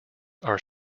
are